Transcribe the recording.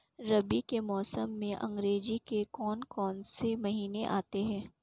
रबी के मौसम में अंग्रेज़ी के कौन कौनसे महीने आते हैं?